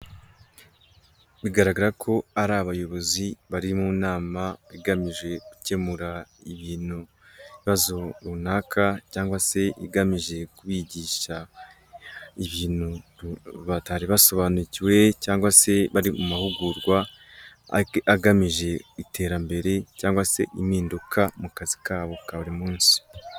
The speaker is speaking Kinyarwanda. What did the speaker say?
Bigaragara ko ari abayobozi bari mu nama, igamije gukemura ibintu bazo runaka cyangwa se igamije kubigisha, ibintu batari basobanukiwe, cyangwa se bari mu mahugurwa agamije iterambere, cyangwa se impinduka mu kazi kabo ka buri munsi.